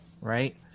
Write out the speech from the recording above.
right